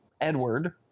Edward